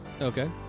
Okay